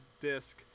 disc